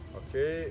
okay